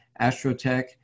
Astrotech